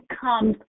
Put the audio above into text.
comes